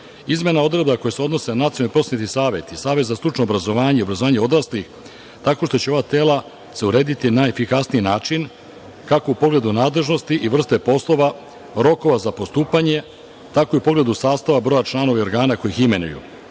Izmene odredbi koje se odnose na Nacionalni prosvetni savet i Savet za stručno obrazovanje i vaspitanje odraslih tako što će ova tela se urediti na efikasniji način, kako u pogledu nadležnosti i vrste poslova, rokova za postupanje, tako i u pogledu sastava, broja članova i organa koja ih imenuju.